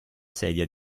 sedia